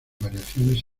variaciones